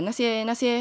那些那些